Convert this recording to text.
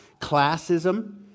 classism